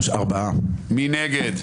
מי נגד?